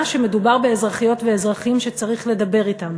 שמדובר באזרחיות ואזרחים שצריך לדבר אתם.